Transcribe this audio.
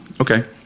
Okay